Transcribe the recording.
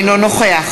אינו נוכח